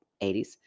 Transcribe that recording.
80s